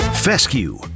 Fescue